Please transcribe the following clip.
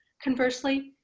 conversely,